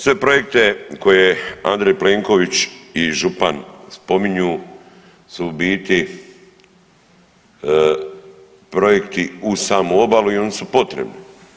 Sve projekte koje je Andrej Plenković i župan spominju su u biti projektu uz samu obalu i oni su potrebni.